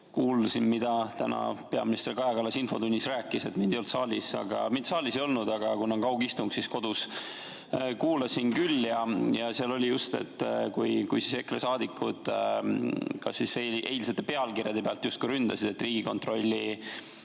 kuulasin, mida täna peaminister Kaja Kallas infotunnis rääkis, sest mind ei olnud saalis. Mind saalis ei olnud, aga kuna on kaugistung, siis kodus kuulasin küll. Seal oli just, et EKRE saadikud eilsete pealkirjade põhjal ründasid, et Riigikontrolli